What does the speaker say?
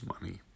money